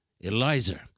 Eliza